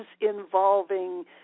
involving